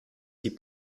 die